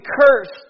cursed